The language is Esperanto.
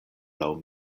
laŭ